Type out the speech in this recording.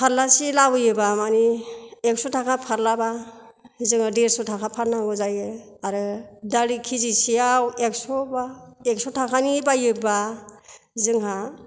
फारलासे लाबोयोबा मानि एकस थाखा फरलाबा जोङो देरसा थाखा फाननांगौ जायो आरो दालि केजिसेआव एकसबा एकस थाखानि बायोबा जोंहा